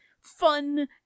fun